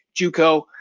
JUCO